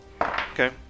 Okay